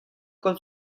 con